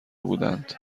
بودند